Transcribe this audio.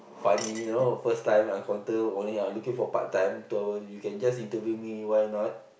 funny you know first time encounter only looking for part-time two hour you can just interview me why not